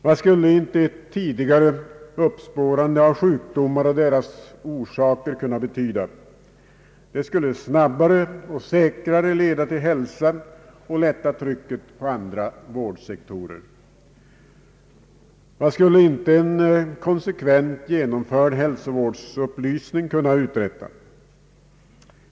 Vad skulle inte ett tidigare uppspårande av sjukdomar och deras orsaker kunna betyda? Det skulle snabbare och säkrare leda till hälsa och lätta trycket på andra vårdsektioner. Vad skulle inte en konsekvent genomförd hälsovårdsupplysning kunna uträtta?